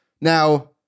now